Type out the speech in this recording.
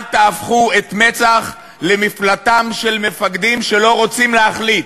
אל תהפכו את מצ"ח למפלטם של מפקדים שלא רוצים להחליט,